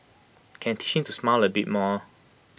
can teach him to smile A bit more